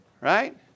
Right